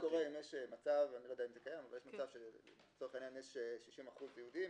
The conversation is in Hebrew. השאלה מה קורה אם יש מצב שלצורך העניין יש 60% יהודים,